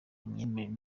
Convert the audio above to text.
imyemerere